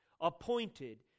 appointed